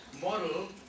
model